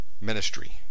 ministry